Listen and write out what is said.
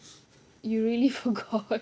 you really forgot